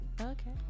okay